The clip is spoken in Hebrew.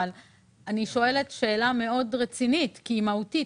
אני שואלת שאלה מאוד רצינית, כי היא מהותית.